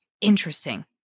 Interesting